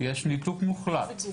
יחידה